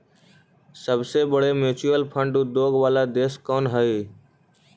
सबसे बड़े mutual fund उद्योग वाला देश कौन हई